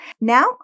Now